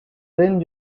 then